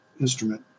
instrument